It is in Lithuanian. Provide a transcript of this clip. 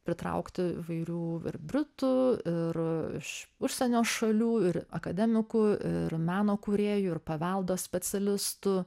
pritraukti įvairių ir britų ir iš užsienio šalių ir akademikų ir meno kūrėjų ir paveldo specialistų